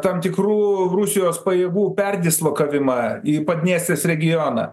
tam tikrų rusijos pajėgų perdislokavimą į padniestrės regioną